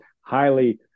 highly